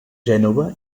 gènova